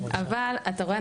אתה רואה?